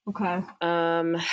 Okay